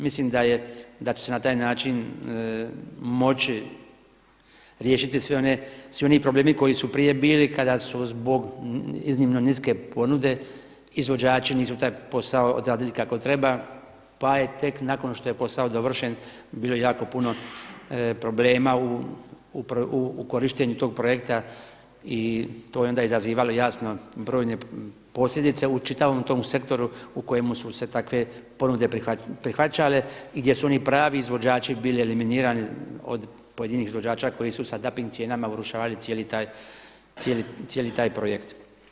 Mislima da će se na taj način moći riješiti svi oni problemi koji su prije bili koji su zbog iznimno niske ponude izvođači nisu taj posao odradili kako treba pa je tek nakon što je posao dovršen bilo jako puno problema u korištenju tog projekta i to je onda izazivalo jasno brojne posljedice u čitavom tom sektoru u kojemu su se takve ponude prihvaćale i gdje su oni pravi izvođači bili eliminirani od pojedinih izvođača koji su sada … cijenama urušavali cijeli taj projekt.